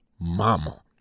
mama